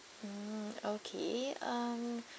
mm okay um